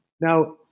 Now